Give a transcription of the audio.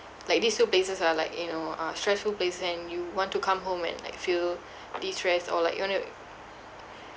like these two places are like you know uh stressful places and you want to come home and like feel destress or like you want to